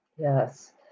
Yes